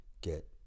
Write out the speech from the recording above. get